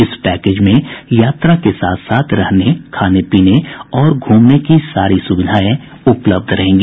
इस पैकेज में यात्रा के साथ साथ रहने खाने पीने और घूमने की सारी सुविधाएं उपलब्ध होंगी